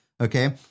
okay